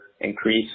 increase